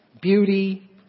beauty